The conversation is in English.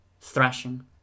thrashing